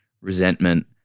resentment